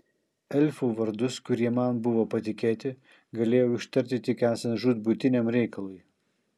elfų vardus kurie man buvo patikėti galėjau ištarti tik esant žūtbūtiniam reikalui